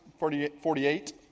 48